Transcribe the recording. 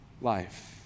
life